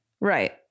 Right